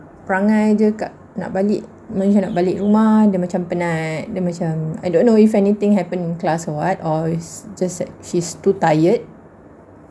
perangai dia nak balik rumah dia macam penat dia macam I don't know if anything happened in class or what or it's just she's too tired